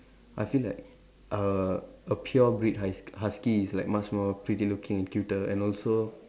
I feel like uh a pure breed husk~ husky is like much more pretty looking and cuter and also